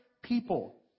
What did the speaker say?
people